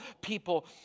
people